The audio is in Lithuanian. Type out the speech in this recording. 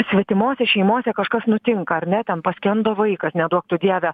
svetimose šeimose kažkas nutinka ar ne ten paskendo vaikas neduok tu dieve